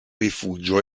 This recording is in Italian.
rifugio